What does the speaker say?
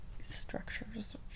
structures